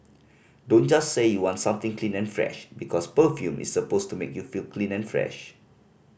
don't just say you want something clean and fresh because perfume is supposed to make you feel clean and fresh